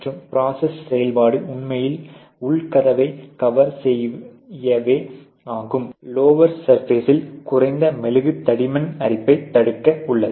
மற்றும் ப்ரோசஸ் செயல்பாடு உண்மையில் உள் கதவை கவர் செய்யவே ஆகும் லோயர் சர்பேசில் குறைந்த மெழுகு தடிமன் அரிப்பை தடுக்க உள்ளது